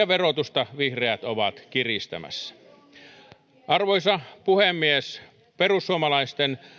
verotusta vihreät ovat kiristämässä on välttämätön päivittäiselle liikkumiselle arvoisa puhemies perussuomalaisten